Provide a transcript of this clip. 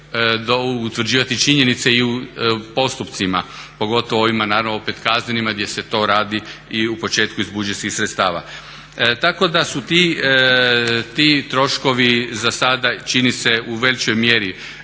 utvrđivati činjenice u postupcima pogotovo ovima naravno opet kaznenima gdje se to radi i u početku iz budžetskih sredstava. Tako da su ti troškovi zasada čini se u većoj mjeri